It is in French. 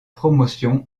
promotion